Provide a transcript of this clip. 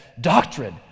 Doctrine